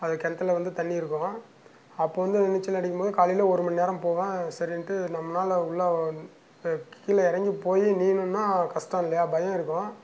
அது கிணத்துல வந்து தண்ணி இருக்கும் அப்போது வந்து அது நீச்சல் அடிக்கும் போது காலையில் ஒரு மணிநேரம் போவேன் சரின்ட்டு நம்மனால் உள்ள கீழே இறங்கி போய் நீந்துன்னா கஷ்டம் இல்லையா பயம் இருக்கும்